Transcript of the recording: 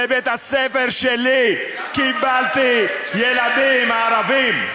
בבית-הספר שלי קיבלתי ילדים ערבים.